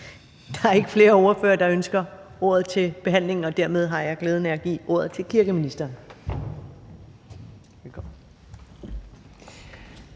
Der er ikke flere ordførere, der ønsker ordet til behandlingen, og dermed har jeg glæden af at give ordet til kirkeministeren.